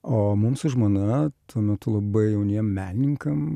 o mums su žmona tuo metu labai jauniem menininkam